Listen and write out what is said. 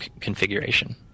configuration